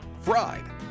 fried